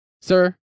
sir